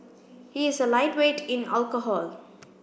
he is a lightweight in alcohol